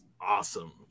awesome